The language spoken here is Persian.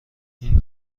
این